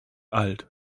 alt